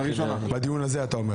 ואצל דוד ביטן תמיד החשמל